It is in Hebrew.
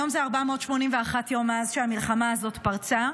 היום זה 481 יום מאז שהמלחמה הזאת פרצה,